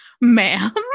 ma'am